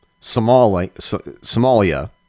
Somalia